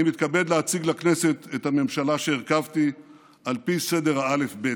אני מתכבד להציג לכנסת את הממשלה שהרכבתי על פי סדר האל"ף-בי"ת: